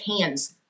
hands